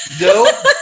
No